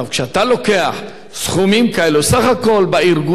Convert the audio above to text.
סך הכול בארגונים יש מעל 6 מיליארד שקל של,